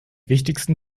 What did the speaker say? wichtigsten